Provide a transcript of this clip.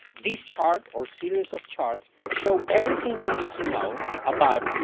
this chart or series of charts show everything you need to know about